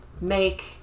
make